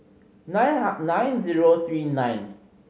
nine nine zero three nine